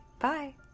Bye